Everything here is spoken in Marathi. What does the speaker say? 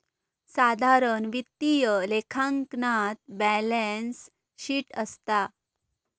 साधारण वित्तीय लेखांकनात बॅलेंस शीट असता